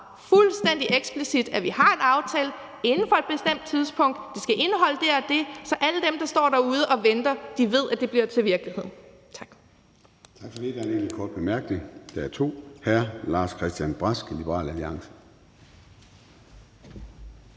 bundet op på, at vi har en aftale inden for et bestemt tidspunkt, og at det skal indholde det og det, sådan at alle dem, der står derude og venter, ved, at det bliver til virkelighed. Tak.